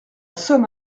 somme